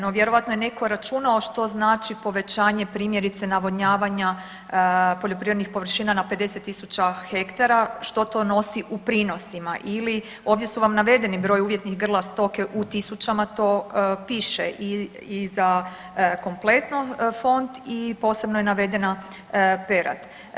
No, vjerojatno je netko računao što znači povećanje primjerice navodnjavanja poljoprivrednih površina na 50.000 hektara što to nosi u prinosima ili ovdje su vam navedeni broj uvjetnih grla stoke u tisućama to piše i za kompletno fond i posebno je navedena perad.